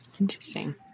Interesting